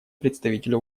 представителя